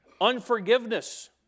Unforgiveness